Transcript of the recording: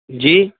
جی